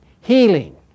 healing